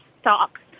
stocks